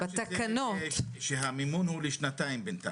שהמימון הוא בינתיים לשנתיים.